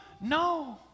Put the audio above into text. no